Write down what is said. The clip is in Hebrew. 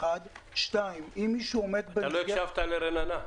לא הקשבת לרננה.